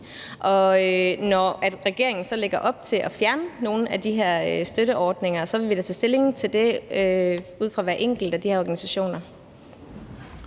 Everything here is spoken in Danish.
når regeringen så lægger op til at fjerne nogle af de her støtteordninger, vil vi tage stilling til det ud fra hver enkelt af de her organisationer.